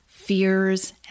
fears